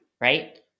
Right